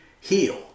heal